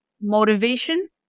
motivation